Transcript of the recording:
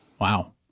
Wow